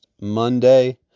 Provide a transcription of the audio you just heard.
Monday